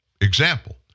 Example